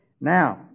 Now